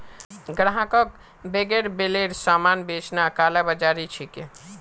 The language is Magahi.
ग्राहकक बेगैर बिलेर सामान बेचना कालाबाज़ारी छिके